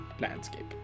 landscape